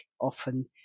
often